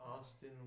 Austin